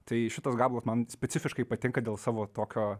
tai šitas gabalas man specifiškai patinka dėl savo tokio